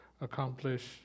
accomplish